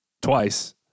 twice